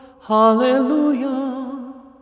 Hallelujah